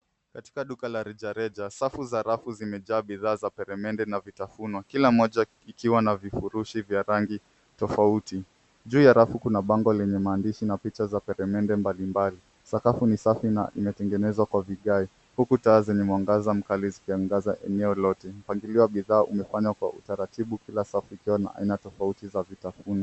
Katika duka la reja reja safu za rafu zimejaa bidha za peremende na vitafuno kila moja ikiwa na vifurushi vya rangi tofauti. Juu ya rafu kuna bango lenye maandishi na picha za peremende mbali mbali. Sakafu ni safi na imetengenezwa kwa vigae huku taa zenye mwangaza mkali zikiangaza eneo lote, mpangilio wa bidhaa umefanywa kwa utaratibu kila safu ikiwa na aina tofauti za vitafuno.